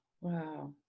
Wow